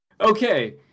okay